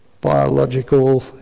biological